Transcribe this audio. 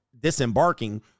disembarking